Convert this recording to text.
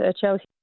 Chelsea